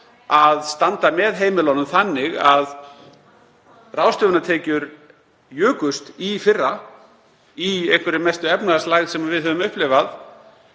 að standa með heimilunum þannig að ráðstöfunartekjur jukust í fyrra í einhverri mestu efnahagslægð sem við höfum upplifað.